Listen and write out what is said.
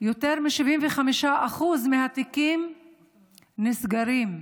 יותר מ-75% מהתיקים נסגרים.